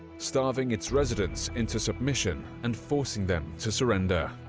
starving its residents into submission and forcing them to surrender.